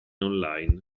online